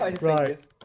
right